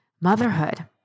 motherhood